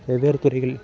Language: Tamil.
வெவ்வேறு துறைகளில்